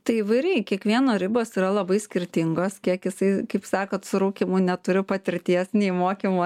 tai įvairiai kiekvieno ribos yra labai skirtingos kiek jisai kaip sakot su rūkymu neturiu patirties nei mokymų